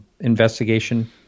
investigation